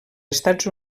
estats